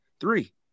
Three